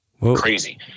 crazy